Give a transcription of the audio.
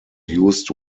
used